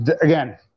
again